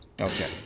Okay